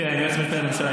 כן, יועץ משפטי לממשלה.